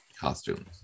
costumes